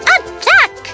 Attack